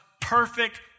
perfect